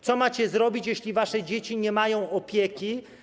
Co macie zrobić, jeśli wasze dzieci nie mają opieki?